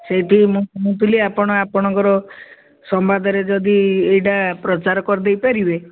ସେଇଠି ମୁଁ ଶୁଣୁଥିଲି ଆପଣ ଆପଣଙ୍କର ସମ୍ବାଦରେ ଯଦି ଏଇଟା ପ୍ରଚାର କରିଦେଇପାରିବେ